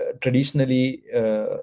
Traditionally